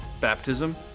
Baptism